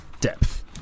Depth